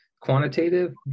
quantitative